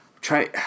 Try